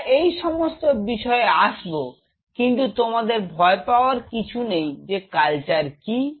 আমরা এই সমস্ত বিষয়ে আসবো কিন্তু তোমাদের ভয় পাওয়ার কিছু নেই যে কালচার কি